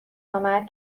آمد